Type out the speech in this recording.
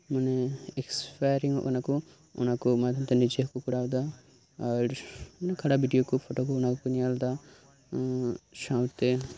ᱢᱟᱱᱮ ᱮᱠᱥᱯᱟᱭᱟᱨᱤᱝ ᱚᱜ ᱠᱟᱱᱟ ᱠᱚ ᱚᱱᱟ ᱠᱚ ᱢᱟᱫᱽᱫᱷᱚᱢ ᱛᱮ ᱱᱤᱡᱮ ᱦᱚᱸ ᱠᱚ ᱠᱚᱨᱟᱣ ᱮᱫᱟ ᱟᱨ ᱚᱱᱟ ᱠᱷᱟᱨᱟᱯ ᱵᱷᱤᱰᱤᱭᱳ ᱠᱚ ᱯᱷᱳᱴᱳ ᱠᱚ ᱚᱱᱟ ᱠᱚᱠᱚ ᱧᱮᱞ ᱮᱫᱟ ᱥᱟᱶᱛᱮ